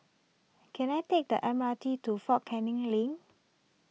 can I take the M R T to fort Canning Link